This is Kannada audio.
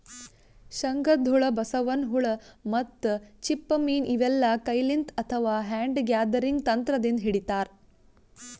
ಶಂಕದ್ಹುಳ, ಬಸವನ್ ಹುಳ ಮತ್ತ್ ಚಿಪ್ಪ ಮೀನ್ ಇವೆಲ್ಲಾ ಕೈಲಿಂತ್ ಅಥವಾ ಹ್ಯಾಂಡ್ ಗ್ಯಾದರಿಂಗ್ ತಂತ್ರದಿಂದ್ ಹಿಡಿತಾರ್